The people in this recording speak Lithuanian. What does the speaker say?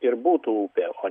ir būtų upė o